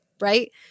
Right